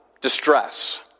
distress